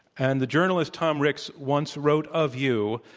and the journalist, tom ricks, once wrote of you,